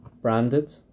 branded